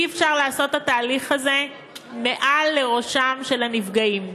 אי-אפשר לעשות את התהליך הזה מעל לראשם של הנפגעים.